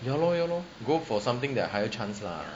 ya lor ya lor go for something that higher chance lah